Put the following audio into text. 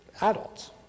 adults